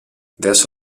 verso